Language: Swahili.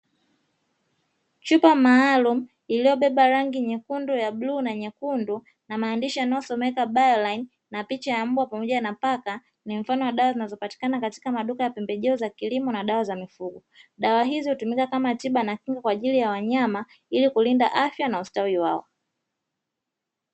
Chupa maalumu iliyobeba rangi nyeukundu, ya bluu na nyekundu na maandishi yanayosomeka “Bioline” na picha ya mbwa pamoja na paka, ni mfano wa dawa zinazopatikana katika maduka ya pembejeo za kilimo na dawa za mifugo. Dawa hizo hutumika kama tiba na kinga kwa ajili ya wanyama ili kulinda afya na ustawi wao.